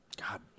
God